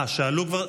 אה, שאלו כבר?